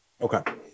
Okay